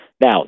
Now